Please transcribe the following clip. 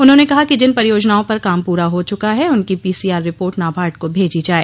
उन्होंने कहा कि जिन परियोजनओं पर काम पूरा हो चुका है उनकी पीसीआर रिपोर्ट नाबार्ड को भेजी जाए